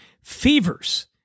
fevers